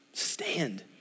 Stand